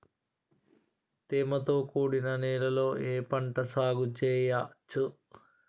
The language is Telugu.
తేమతో కూడిన నేలలో ఏ పంట సాగు చేయచ్చు?